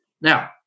Now